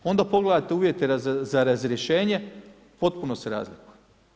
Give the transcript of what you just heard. Onda pogledate uvjete za razrješenje, potpuno se razlikuju.